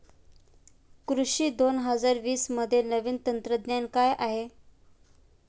कृषी दोन हजार वीसमध्ये नवीन तंत्रज्ञान काय आहे?